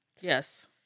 Yes